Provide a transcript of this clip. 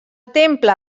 temple